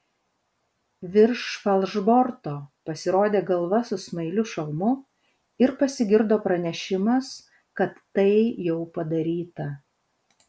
virš falšborto pasirodė galva su smailiu šalmu ir pasigirdo pranešimas kad tai jau padaryta